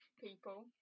people